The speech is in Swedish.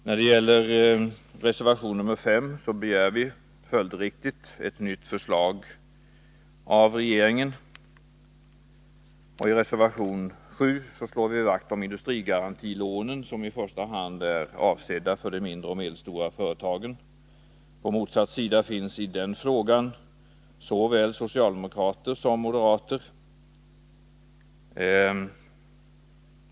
I reservation 5 begär vi följdriktigt ett nytt förslag av regeringen, och i reservation 7 slår vi vakt om industrigarantilånen, som i första hand är avsedda för de mindre och medelstora företagen. På motsatt sida finns i den frågan såväl socialdemokrater som moderater.